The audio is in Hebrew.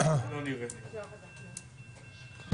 אחר הצהריים טובים.